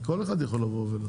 תוך שלושה חודשים, לצורך